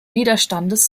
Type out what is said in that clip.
widerstandes